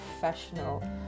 professional